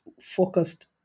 focused